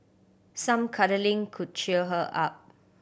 some cuddling could cheer her up